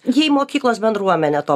jei mokyklos bendruomenė to